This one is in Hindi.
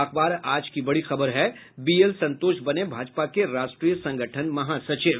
अखबार आज की बड़ी खबर है बीएल संतोष बने भाजपा के राष्ट्रीय संगठन महासचिव